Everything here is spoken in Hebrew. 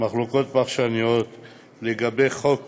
פרשניות לגבי חוק